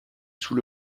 sous